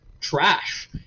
trash